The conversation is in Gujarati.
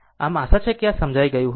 આમ આશા છે કે આ સમજાઈ ગયું હશે